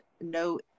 no